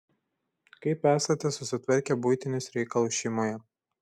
kaip esate susitvarkę buitinius reikalus šeimoje